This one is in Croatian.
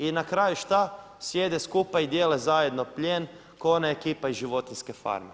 I na kraju šta, sjede skupa i dijele zajedno plijen ko ona ekipa iz životinjske farme.